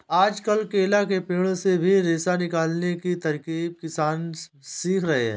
आजकल केला के पेड़ से भी रेशा निकालने की तरकीब किसान सीख रहे हैं